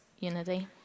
Unity